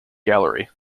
gallery